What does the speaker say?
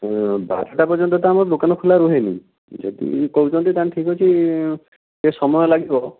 ବାରଟା ପର୍ଯ୍ୟନ୍ତ ତ ଆମ ଦୋକାନ ଖୋଲା ରୁହେନି ଯଦି କହୁଛନ୍ତି ତା'ହେଲେ ଠିକ୍ ଅଛି ଟିକେ ସମୟ ଲାଗିବ